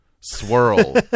swirl